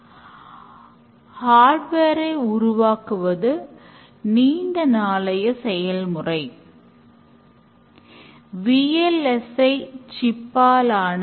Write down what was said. இதில் அனைத்து softwareகளும் தினமும் டெஸ்ட் செய்யப்பட்டு ஏற்று கொள்ளக்கூடிய சோதனைகள் உருவாக்கப்பட்டு அவை செயல்படுத்தப்படுகின்றன